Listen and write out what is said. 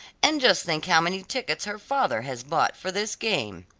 and just think how many tickets her father has bought for this game!